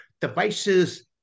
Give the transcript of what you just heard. devices